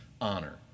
honor